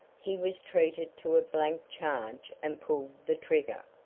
he was treated to a blank charge and pulled the trigger,